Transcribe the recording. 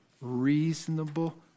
reasonable